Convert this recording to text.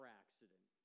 accident